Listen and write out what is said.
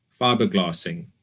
fiberglassing